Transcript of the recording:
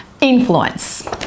influence